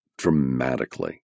dramatically